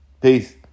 Peace